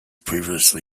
previously